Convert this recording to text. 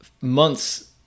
months